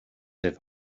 have